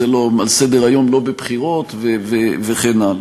זה לא על סדר-היום בבחירות וכן הלאה.